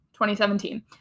2017